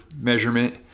measurement